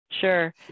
Sure